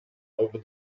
over